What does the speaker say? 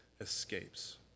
escapes